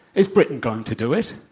is britain going to do it?